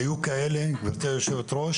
היו כאלה, גברתי היושבת-ראש